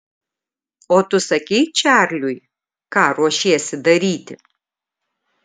o tu sakei čarliui ką ruošiesi daryti